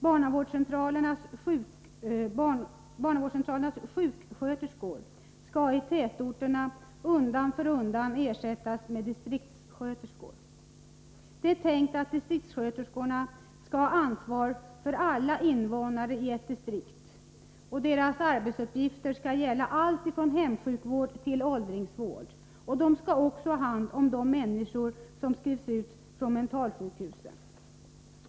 I tätorterna skall barnavårdscentralernas sjuksköterskor undan för undan ersättas med di 25 striktssköterskor. Det är tänkt att distriktssköterskorna skall ha ansvar för alla invånare i ett distrikt. Deras arbetsuppgifter skall gälla allt från hemsjukvård till åldringssjukvård. Vidare skall distriktssköterskorna ha hand om de människor som skrivs ut från mentalsjukhusen.